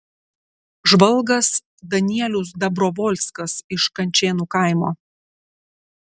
žvalgas danielius dabrovolskas iš kančėnų kaimo